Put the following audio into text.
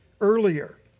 earlier